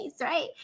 right